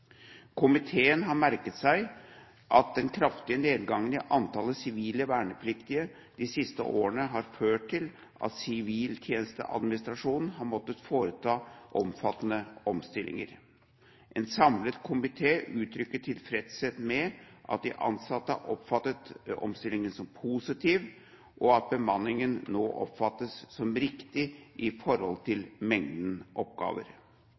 Komiteen har merket seg at den kraftige nedgangen i antall sivile vernepliktige de siste årene har ført til at siviltjenesteadministrasjonen har måttet foreta omfattende omstillinger. En samlet komité uttrykker tilfredshet med at de ansatte har oppfattet omstillingen som positiv, og at bemanningen nå oppfattes som riktig i forhold til mengden oppgaver.